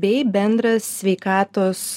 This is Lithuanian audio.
bei bendras sveikatos